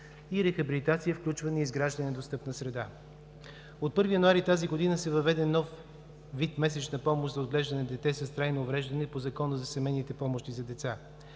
и рехабилитация за включване и изграждане на достъпна среда. От 1 януари тази година са въведе нов вид месечна помощ за отглеждане на дете с трайно увреждане по Закона за семейните помощи за деца.